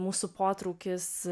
mūsų potraukis